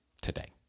Today